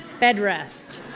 bedrest!